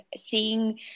seeing